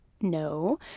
No